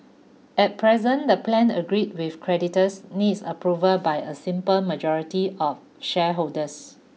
at present the plan agreed with creditors needs approval by a simple majority of shareholders